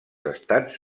estats